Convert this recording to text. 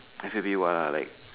I feel a bit !wah! like